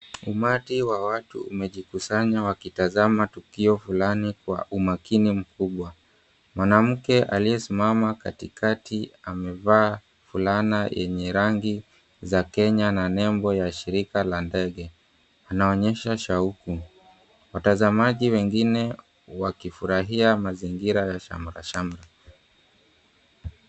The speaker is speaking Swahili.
Umati wa watu umejikusanya wakitazama tukio fulani kwa umakini mkubwa. Mwanamke aliyesimama katikati amevaa fulana yenye rangi za Kenya na nembo ya shirika la ndege. Anaonyesha shauku, watazamaji wengine wakifurahia mazingira ya shamrashamra.